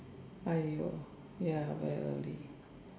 !aiyo! ya very early